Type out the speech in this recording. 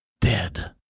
dead